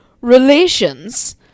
relations